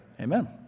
amen